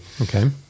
Okay